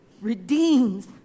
redeems